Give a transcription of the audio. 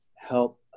help